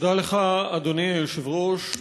תודה לך, אדוני היושב-ראש.